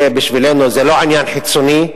בשבילנו זה לא עניין חיצוני.